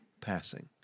passing